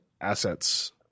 assets